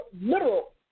literal